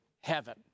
heaven